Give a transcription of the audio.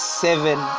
seven